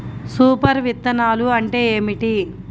Super విత్తనాలు అంటే ఏమిటి?